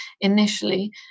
initially